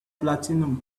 platinum